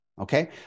Okay